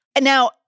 Now